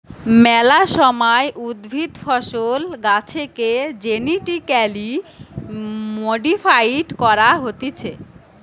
মেলা সময় উদ্ভিদ, ফসল, গাছেকে জেনেটিক্যালি মডিফাইড করা হতিছে